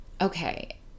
okay